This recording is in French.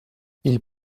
ils